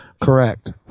Correct